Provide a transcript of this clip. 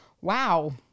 wow